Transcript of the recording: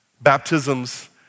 baptisms